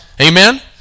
Amen